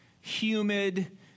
humid